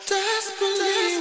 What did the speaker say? Desperately